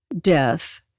death